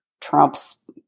Trump's